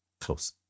close